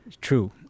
True